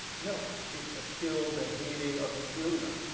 no, this was still the heyday of imperialism.